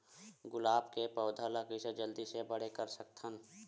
गुलाब के पौधा ल कइसे जल्दी से बड़े कर सकथन?